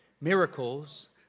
Miracles